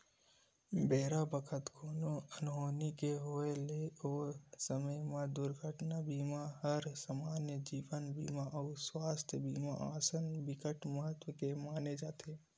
बेरा बखत कोनो अनहोनी के होय ले ओ समे म दुरघटना बीमा हर समान्य जीवन बीमा अउ सुवास्थ बीमा असन बिकट महत्ता के माने जाथे